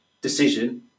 decision